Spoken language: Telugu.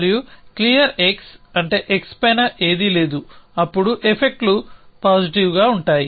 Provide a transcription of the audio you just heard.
మరియు క్లియర్ x అంటే x పైన ఏదీ లేదు అప్పుడు ఎఫెక్ట్లు పాజిటివ్గా ఉంటాయి